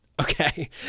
Okay